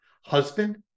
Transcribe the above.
husband